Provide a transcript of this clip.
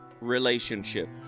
relationship